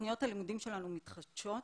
תוכניות הלימודים שלנו מתחדשות,